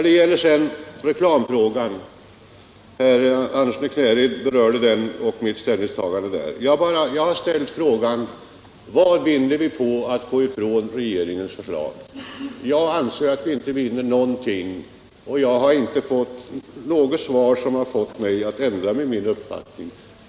Beträffande reklamfrågan och mitt ställningstagande härvidlag, som berördes av herr Andersson i Knäred, vill jag framhålla att jag ställt frågan: Vad vinner vi på att gå ifrån regeringens förslag? Enligt min mening vinner vi inte någonting. Jag har inte fått något svar som föranleder mig att ändra uppfattning.